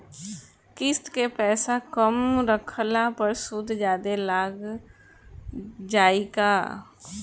किश्त के पैसा कम रखला पर सूद जादे लाग जायी का?